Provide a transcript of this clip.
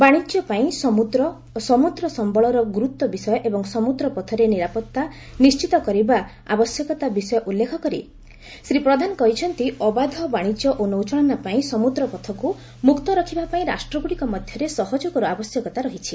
ବାଶିଜ୍ୟପାଇଁ ସମୁଦ୍ର ଓ ସମୁଦ୍ର ସମୁଳର ଗୁରୁତ୍ୱ ବିଷୟ ଏବଂ ସମୁଦ୍ର ପଥରେ ନିରାପତ୍ତା ନି ବିଷୟ ଉଲ୍କେଖ କରି ଶ୍ରୀ ପ୍ରଧାନ କହିଛନ୍ତି ଅବାଧ ବାଣିଜ୍ୟ ଓ ନୌଚଳାଚଳପାଇଁ ସମୁଦ୍ର ପଥକୁ ମୁକ୍ତ ରଖିବାପାଇଁ ରାଷ୍ଟ୍ରଗୁଡ଼ିକ ମଧ୍ଧରେ ସହଯୋଗର ଆବଶ୍ୟକତା ରହିଛି